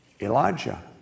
Elijah